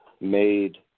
made